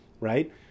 right